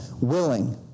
willing